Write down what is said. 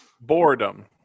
Boredom